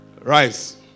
Rise